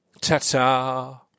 ta-ta